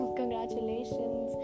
congratulations